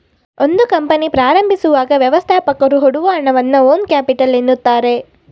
ಒಂದು ಕಂಪನಿ ಪ್ರಾರಂಭಿಸುವಾಗ ವ್ಯವಸ್ಥಾಪಕರು ಹೊಡುವ ಹಣವನ್ನ ಓನ್ ಕ್ಯಾಪಿಟಲ್ ಎನ್ನುತ್ತಾರೆ